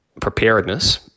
preparedness –